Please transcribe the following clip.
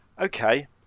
okay